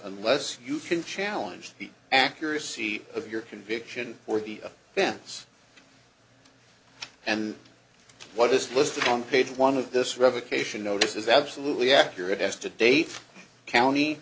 unless you can challenge the accuracy of your conviction or the fence and what is listed on page one of this revocation notice is absolutely accurate as to date county